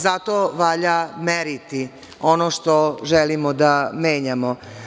Zato valja meriti ono što želimo da menjamo.